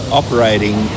operating